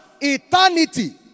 eternity